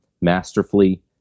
masterfully